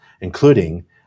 including